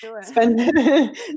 spend